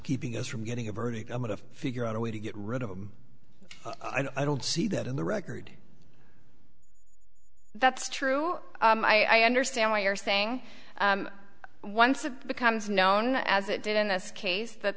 keeping us from getting a verdict i'm going to figure out a way to get rid of him i don't see that in the record that's true i understand what you're saying once it becomes known as it did in this case that